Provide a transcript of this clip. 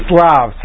Slav